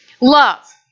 love